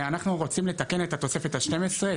אנחנו רוצי לתקן את התוספת השתים עשרה,